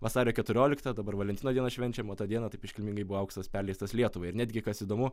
vasario keturioliktą dabar valentino dieną švenčiam o tą dieną taip iškilmingai buvo auksas perleistas lietuvai ir netgi kas įdomu